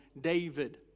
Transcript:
David